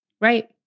Right